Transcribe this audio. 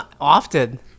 often